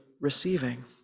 receiving